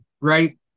right